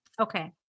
Okay